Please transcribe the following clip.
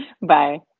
Bye